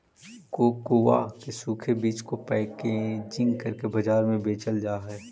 cocoa के सूखे बीज को पैकेजिंग करके बाजार में बेचल जा हई